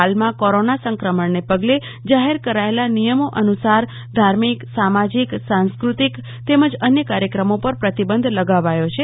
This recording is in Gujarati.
હાલમાં કોરોના સંક્રમણને પગલે જાહેર કરાચેલા નિયમો અનુ સાર ધાર્મિકસામાજીકસાંસ્કૃતિક તેમજ અન્ય કાર્યક્રમો પર પ્રતિબંધ લગાવાયો છે